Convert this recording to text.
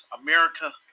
America